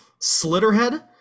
Slitterhead